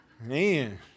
Man